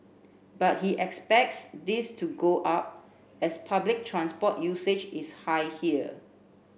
but he expects this to go up as public transport usage is high here